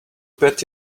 bet